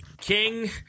king